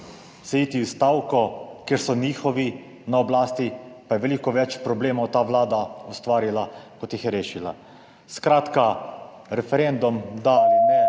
se iti v stavko, ker so njihovi na oblasti, pa je veliko več problemov ta Vlada ustvarila, kot jih je rešila. Skratka, referendum / znak